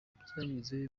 byavuzwe